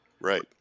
right